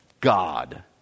God